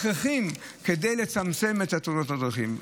הכרחיים כדי לצמצם את תאונות הדרכים.